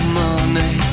money